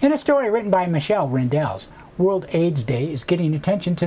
and a story written by michel rebels world aids day is getting attention to